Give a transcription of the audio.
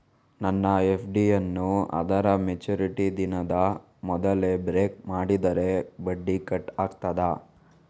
ನನ್ನ ಎಫ್.ಡಿ ಯನ್ನೂ ಅದರ ಮೆಚುರಿಟಿ ದಿನದ ಮೊದಲೇ ಬ್ರೇಕ್ ಮಾಡಿದರೆ ಬಡ್ಡಿ ಕಟ್ ಆಗ್ತದಾ?